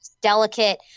delicate